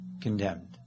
Condemned